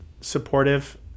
supportive